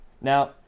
Now